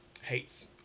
hates